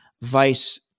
vice